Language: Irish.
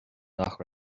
nach